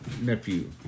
nephew